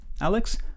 Alex